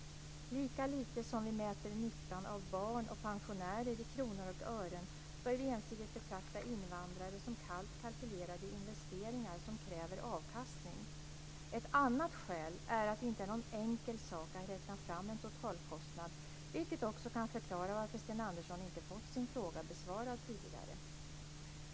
Lika lite som vi mäter nyttan av barn och pensionärer i kronor och ören bör vi ensidigt betrakta invandrare som kallt kalkylerade investeringar som kräver avkastning. Ett annat skäl är att det inte är någon enkel sak att räkna fram en totalkostnad, vilket också kan förklara varför Sten Andersson inte fått sin fråga besvarad tidigare.